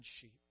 sheep